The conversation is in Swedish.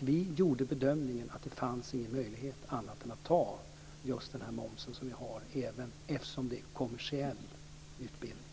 Vi gjorde bedömningen att det inte fanns någon annan möjlighet än att anta den moms som vi har, eftersom det handlar om kommersiell utbildning.